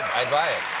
i'd buy it.